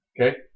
Okay